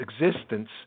existence